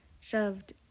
shoved